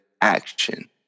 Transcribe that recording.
action